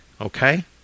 okay